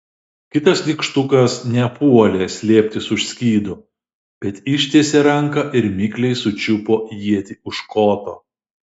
kitas nykštukas nepuolė slėptis už skydo bet ištiesė ranką ir mikliai sučiupo ietį už koto